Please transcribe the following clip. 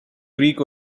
greek